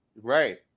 right